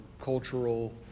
cultural